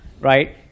right